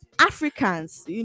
africans